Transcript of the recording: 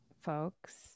folks